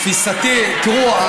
תראו,